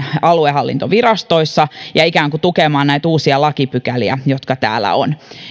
aluehallintovirastoissa ja ikään kuin tukemaan näitä uusia lakipykäliä jotka täällä ovat